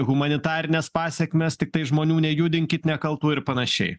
humanitarinės pasekmės tiktai žmonių nejudinkit nekaltų ir panašiai